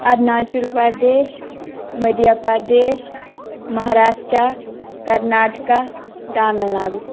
Arunachal Pradesh Madhya Pradesh Maharashtra Karnataka Tamil Nadu